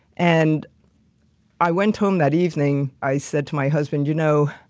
and i went home that evening, i said to my husband, you know,